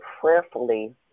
prayerfully